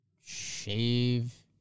Shave